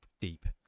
deep